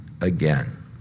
again